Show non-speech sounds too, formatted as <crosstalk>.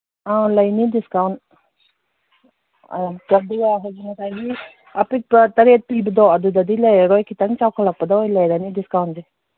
ꯑꯧ ꯂꯩꯅꯤ ꯗꯤꯁꯀꯥꯎꯟ ꯑꯥ <unintelligible> ꯉꯁꯥꯏꯒꯤ ꯑꯄꯤꯛꯄ ꯇꯔꯦꯠ ꯄꯤꯕꯗꯣ ꯑꯗꯨꯗꯗꯤ ꯂꯩꯔꯔꯣꯏ ꯈꯤꯇꯪ ꯆꯥꯎꯈꯠꯂꯛꯄꯗ ꯑꯣꯏꯅ ꯂꯩꯔꯅꯤ ꯗꯤꯁꯀꯥꯎꯟꯁꯦ